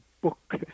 book